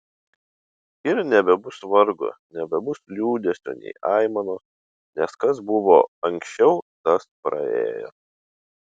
ir nebebus vargo nebebus liūdesio nei aimanos nes kas buvo anksčiau tas praėjo